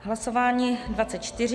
Hlasování dvacet čtyři.